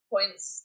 Points